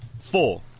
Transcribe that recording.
Four